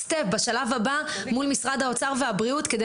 בשלב הבא מול משרד האוצר ומשרד הבריאות כדי